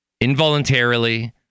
involuntarily